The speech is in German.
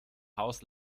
haus